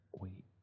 Wait